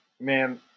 man